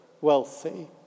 wealthy